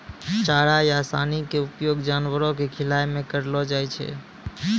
चारा या सानी के उपयोग जानवरों कॅ खिलाय मॅ करलो जाय छै